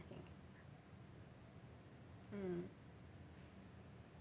mm